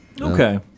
Okay